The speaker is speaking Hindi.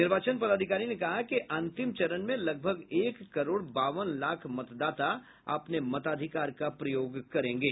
निर्वाचन पदाधिकारी ने कहा कि अंतिम चरण में लगभग एक करोड़ बावन लाख मतदाता अपने मताधिकार का प्रयोग करेंगे